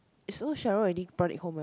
so Cheryl already brought it home lah